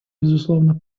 безусловно